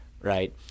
right